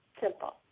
simple